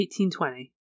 1820